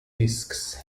disks